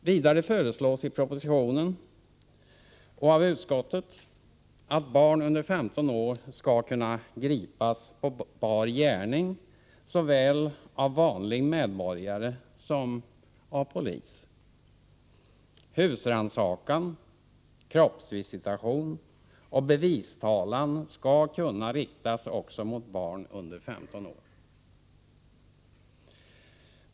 Vidare föreslås i propositionen och av utskottet att barn under 15 år skall kunna gripas på bar gärning såväl av vanlig medborgare som av polis. Husrannsakan, kroppsvisitation och bevistalan skall kunna riktas också mot barn under 15 år.